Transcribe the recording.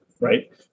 right